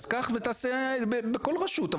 אז קח ותעשה בכל רשות.